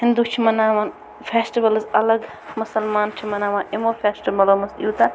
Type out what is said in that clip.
ہندو چھِ مناوان فٮ۪سٹوَلٕز الگ مُسلمان چھُ یِمو فسٹوَلو منٛز یوٗتاہ